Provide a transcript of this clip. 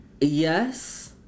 Yes